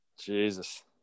Jesus